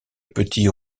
petit